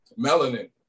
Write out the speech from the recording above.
Melanin